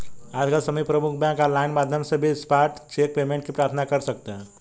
आजकल सभी प्रमुख बैंक ऑनलाइन माध्यम से भी स्पॉट चेक पेमेंट की प्रार्थना कर सकते है